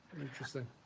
interesting